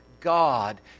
God